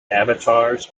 avatars